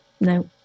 no